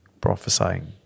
prophesying